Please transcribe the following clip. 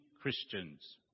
Christians